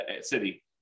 city